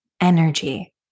energy